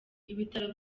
ibitaro